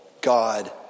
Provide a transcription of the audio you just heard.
God